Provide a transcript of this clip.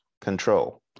control